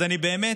אז אני באמת